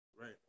Right